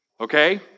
Okay